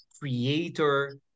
creator